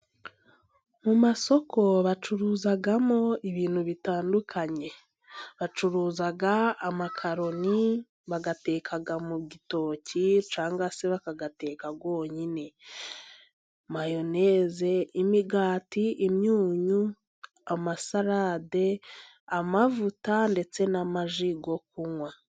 Mu masoko bacuruzamo ibintu bitandukanye bacuruza amakaroni bayateka mu gitoki cyangwa se bakayateka yonyine, mayoneze, imigati ,imyunyu, amasalade, amavuta, ndetse n'amaji yo kunywa.